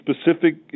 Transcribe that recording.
specific